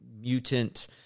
mutant